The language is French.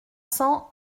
cents